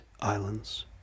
islands